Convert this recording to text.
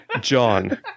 John